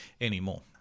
anymore